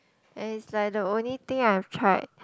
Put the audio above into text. it's like the only thing I have tried